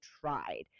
tried